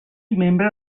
membre